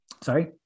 Sorry